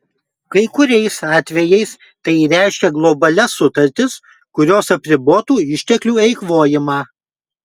kai kuriais atvejais tai reiškia globalias sutartis kurios apribotų išteklių eikvojimą